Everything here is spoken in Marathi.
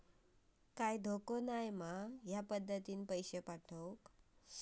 काय धोको पन नाय मा ह्या पद्धतीनं पैसे पाठउक?